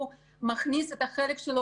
הוא מכניס את החלק שלו,